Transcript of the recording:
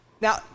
Now